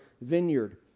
vineyard